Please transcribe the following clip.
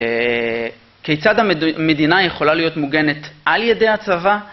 כיצד המדינה יכולה להיות מוגנת על ידי הצבא?